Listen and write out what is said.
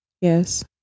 Yes